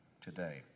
today